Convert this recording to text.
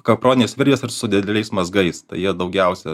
kaproninės virvės ir su dideliais mazgais jie daugiausia